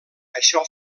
això